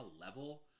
level